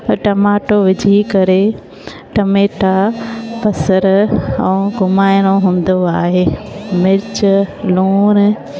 tomato विझी करे टमेटा भसर ऐं घुमाइणो हूंदो आहे मिर्चु लूण